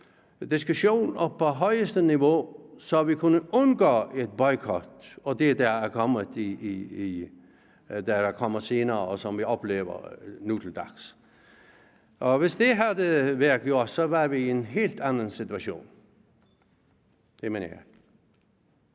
diskussion op på højeste niveau, så vi kunne undgå en boykot og det, der er kommet senere, og som vi oplever nu til dags. Hvis det var blevet gjort, havde vi været i en helt anden situation. Det mener jeg.